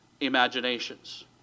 imaginations